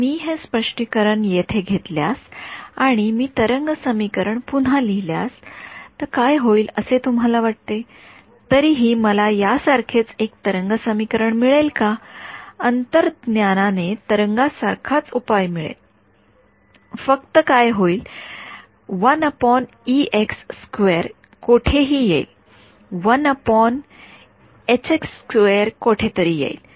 मी हे स्पष्टीकरण येथे घेतल्यास आणि मी तरंग समीकरण पुन्हा लिहितो तर काय होईल असे तुम्हाला वाटते तरीही मला या सारखेच एक तरंग समीकरण मिळेल का अंतर्ज्ञानाने तरंगा सारखाच उपाय मिळेल फक्त काय होईल कोठेतरी येईल कोठेतरी येईल